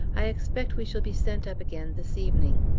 i expect we shall be sent up again this evening.